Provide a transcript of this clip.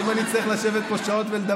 אם אני אצטרך לשבת פה ולדבר,